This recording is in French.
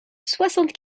soixante